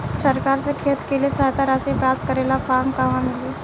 सरकार से खेत के लिए सहायता राशि प्राप्त करे ला फार्म कहवा मिली?